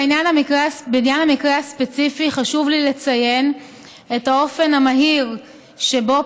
בעניין המקרה הספציפי חשוב לי לציין את האופן המהיר שבו